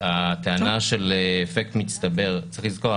הטענה של אפקט מצטבר צריך לזכור,